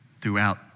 throughout